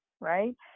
right